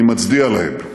אני מצדיע להם.